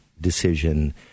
decision